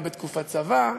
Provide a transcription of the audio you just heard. גם בתקופת הצבא,